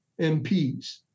MPs